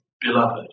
beloved